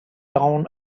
down